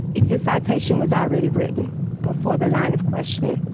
his citation was already written before the line of questioning.